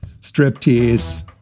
striptease